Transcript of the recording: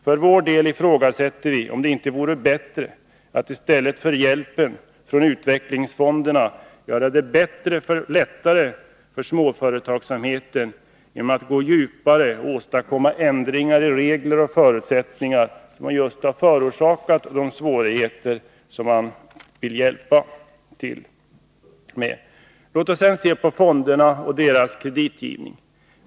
För vår del ifrågasätter vi om det inte vore bättre att i stället för att ge hjälp från utvecklingsfonderna göra det lättare för småföretagsamheten genom att gå djupare och åstadkomma ändringar i de regler och förutsättningar som just har förorsakat svårigheterna. Låt oss sedan se på fonderna och deras kreditgivning!